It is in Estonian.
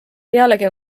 pealegi